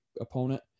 opponent